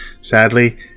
Sadly